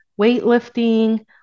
weightlifting